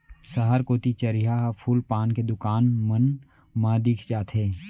सहर कोती चरिहा ह फूल पान के दुकान मन मा दिख जाथे